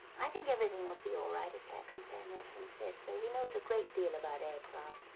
i think everything will be all right if captain samuelson says so. he knows a great deal about aircraft.